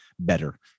better